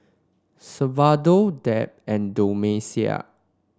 salvador Deb and Domenica